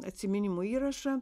atsiminimų įrašą